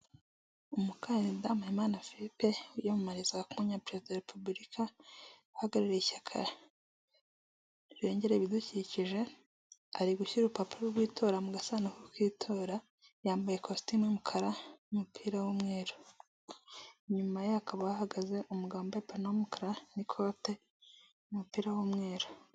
Umukandida Mpayimana Philippe wiyamamarizaga ku mwanya wa perezida wa repubulika uhagarariye ishaka rirengera ibidukikije, ari gushyira urupapuro rw'itora mu gasanduku k'itora, yambaye ikositimu y'umukara n'umupira w'umweru nyuma ye hakaba hahagaze umugabo wambaye ipantaro y'umukara n'ikote n'umupira w'umweru.